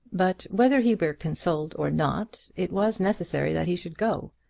but whether he were consoled or not, it was necessary that he should go,